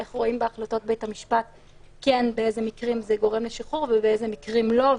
באילו מקרים זה גורם לשחרור ובאילו מקרים לא.